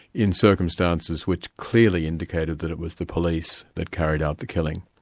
in circumstances which clearly indicated that it was the police that carried out the killing.